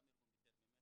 גם ארגון 'בטרם',